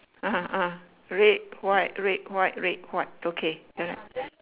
(uh huh) (uh huh) red white red white red white okay correct